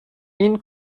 این